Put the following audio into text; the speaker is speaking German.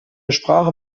sprache